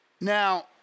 Now